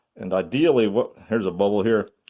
and ideally what. here's a bubble here.